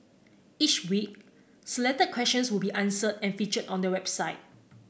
each week selected questions will be answered and featured on the website